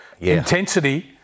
intensity